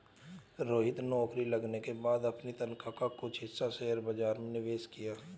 रोहित नौकरी लगने के बाद अपनी तनख्वाह का कुछ हिस्सा शेयर बाजार में निवेश किया